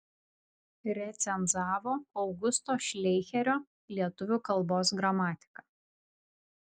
recenzavo augusto šleicherio lietuvių kalbos gramatiką